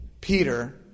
Peter